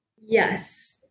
Yes